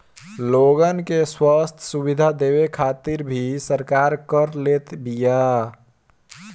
लोगन के स्वस्थ्य सुविधा देवे खातिर भी सरकार कर लेत बिया